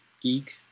geek